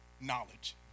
knowledge